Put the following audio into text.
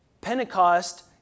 Pentecost